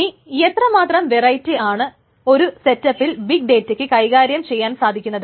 ഇനി എത്രമാത്രം വെറൈറ്റി ആണ് ഒരു സെറ്റപ്പിൽ ബിഗ് ഡേറ്റക്ക് കൈകാര്യം ചെയ്യാൻ സാധിക്കുന്നത്